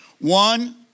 One